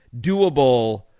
doable